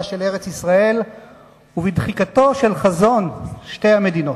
של ארץ-ישראל ובדחיקתו של חזון שתי המדינות.